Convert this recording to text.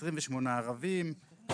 28% ערבים,